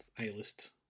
A-list